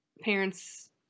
parents